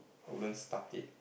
I wouldn't start it